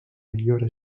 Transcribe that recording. millora